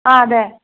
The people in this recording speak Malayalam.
ആ അതെ